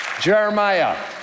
Jeremiah